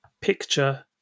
picture